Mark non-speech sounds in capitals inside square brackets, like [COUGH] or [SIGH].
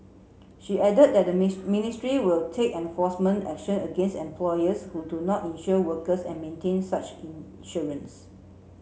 she added that the [UNINTELLIGIBLE] ministry will take enforcement action against employers who do not insure workers and maintain such insurance